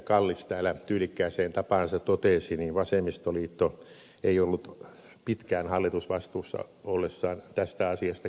kallis täällä tyylikkääseen tapaansa totesi niin vasemmistoliitto ei ollut pitkään hallitusvastuussa ollessaan tästä asiasta kiinnostunut